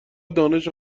دانش